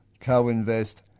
co-invest